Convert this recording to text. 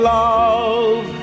love